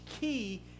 key